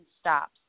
stops